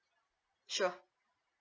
sure